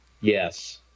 Yes